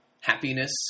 happiness